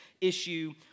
issue